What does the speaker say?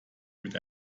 mit